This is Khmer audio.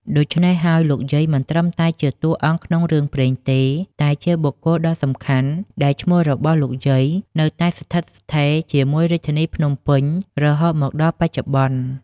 ដូច្នេះហើយ លោកយាយមិនត្រឹមតែជាតួអង្គក្នុងរឿងព្រេងទេ តែជាបុគ្គលដ៏សំខាន់ដែលឈ្មោះរបស់លោកយាយនៅតែស្ថិតស្ថេរជាមួយរាជធានីភ្នំពេញរហូតមកដល់បច្ចុប្បន្ន។